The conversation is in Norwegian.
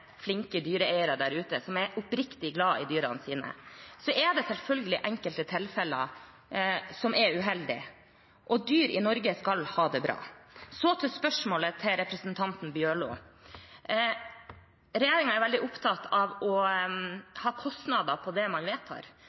flinke dyreeiere der ute som er oppriktig glad i dyrene sine. Så er det selvfølgelig enkelte tilfeller som er uheldige, og dyr i Norge skal ha det bra. Så til spørsmålet til representanten Bjørlo: Regjeringen er veldig opptatt av å ha oversikt over kostnader på det man vedtar.